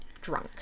drunk